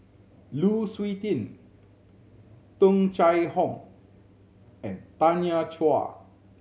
Lu Suitin Tung Chye Hong and Tanya Chua